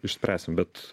išspręsim bet